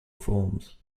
forms